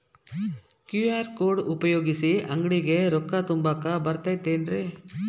QR code ಉಪಯೋಗಿಸಿ, ಅಂಗಡಿಗೆ ರೊಕ್ಕಾ ತುಂಬಾಕ್ ಬರತೈತೇನ್ರೇ?